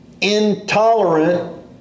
intolerant